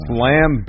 Slam